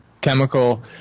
chemical